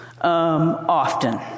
Often